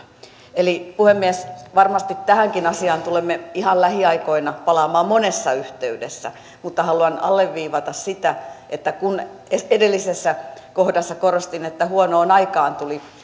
eli puhemies varmasti tähänkin asiaan tulemme ihan lähiaikoina palaamaan monessa yhteydessä mutta haluan alleviivata sitä että kun edellisessä kohdassa korostin että huonoon aikaan